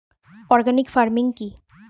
Organic farming কি?